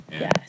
Yes